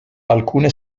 alcune